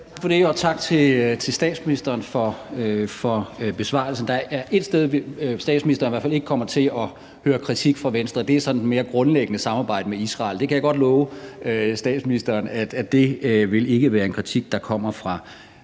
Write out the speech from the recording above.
tak til statsministeren for besvarelsen. Der er ét sted, statsministeren i hvert fald ikke kommer til at høre kritik fra Venstre, og det er sådan for det mere grundlæggende samarbejde med Israel. Det kan jeg godt love statsministeren ikke vil være en kritik, der kommer fra os.